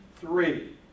three